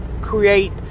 create